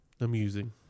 amusing